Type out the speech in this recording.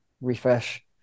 refresh